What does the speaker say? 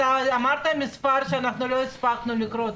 אתה אמרת מספר שאנחנו לא הספקנו לקלוט.